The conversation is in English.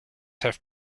have